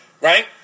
right